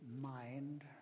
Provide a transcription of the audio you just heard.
mind